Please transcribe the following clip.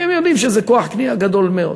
הן יודעות שזה כוח קנייה גדול מאוד.